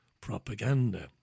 propaganda